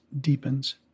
deepens